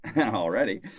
already